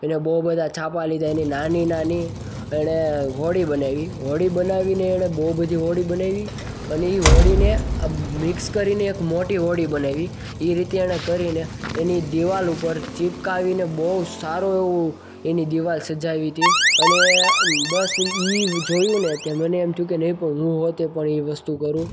અને બહુ બધા છાપા લીધા એની નાની નાની એને હોડી બનાવી હોડી બનાવીને એને બહુ બધી હોડી બનાવી અને એ હોડીને આમ મિક્સ કરીને એક મોટી હોડી બનાવી એ રીતે એને કરીને તેને દિવાલ ઉપર ચિપકાવી ને બહુ સારું એવું એની દીવાલ સજાવી હતી અને બસ ઈ જોયું ને તો મને એમ થયું કે હું પોતે પણ એ વસ્તુ કરું